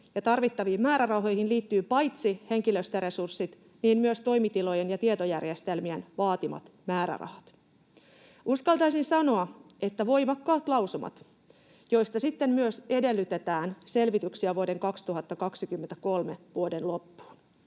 Tarvittaviin määrärahoihin liittyvät paitsi henkilöstöresurssit myös toimitilojen ja tietojärjestelmien vaatimat määrärahat. Uskaltaisin sanoa, että voimakkaat lausumat, joista sitten myös edellytetään selvityksiä vuoden 2023 loppuun.